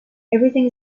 everything